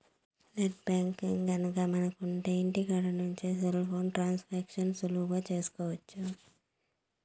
net banking గనక మనకు ఉంటె ఇంటికాడ నుంచి సెల్ ఫోన్లో ట్రాన్సాక్షన్స్ సులువుగా చేసుకోవచ్చు